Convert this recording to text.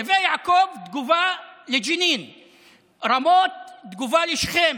נווה יעקב, תגובה לג'נין, רמות, תגובה לשכם,